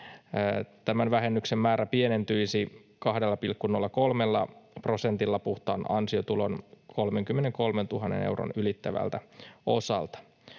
euroa vähennyksen määrä pienentyisi 2,03 prosentilla puhtaan ansiotulon 33 000 euron ylittävältä osalta.